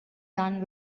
done